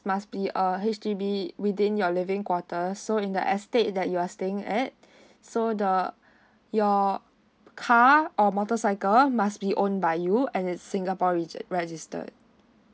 must be a H_D_B within your living quarters so in the estate that you are staying at so the your car or motorcycle must be owned by you and it's singapore regi~ registered